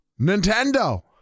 Nintendo